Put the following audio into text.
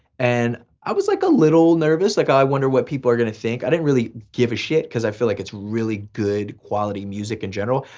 and i was like a little nervous, like i wonder what people are gonna think. i didn't really give a shit cause i feel like it's really good quality music in general,